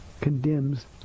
condemns